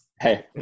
Hey